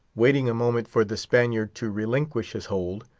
waiting a moment for the spaniard to relinquish his hold,